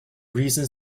reasons